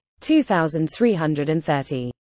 2330